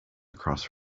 across